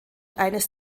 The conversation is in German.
eines